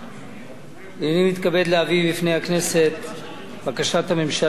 הנני מתכבד להביא בפני הכנסת את בקשת הממשלה לאשר,